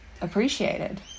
appreciated